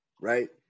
right